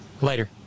Later